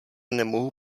nemohu